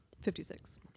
Fifty-six